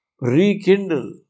rekindle